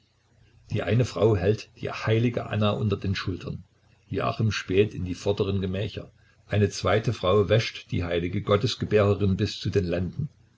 die eine frau hält die heilige anna unter den schultern joachim späht in die vorderen gemächer eine zweite frau wäscht die heilige gottesgebärerin bis zu den lenden